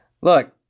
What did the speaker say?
Look